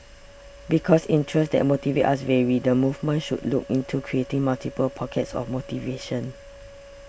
because interests that motivate us vary the movement should look into creating multiple pockets of motivation